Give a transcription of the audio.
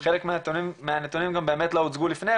חלק מהנתונים באמת גם לא הוצגו לפני.